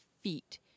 feet